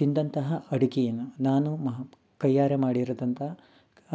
ತಿಂದಂತಹ ಅಡುಗೆಯನ್ನು ನಾನು ಮ್ ಕೈಯಾರೆ ಮಾಡಿರದಂಥ